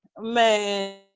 Man